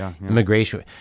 immigration